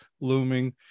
looming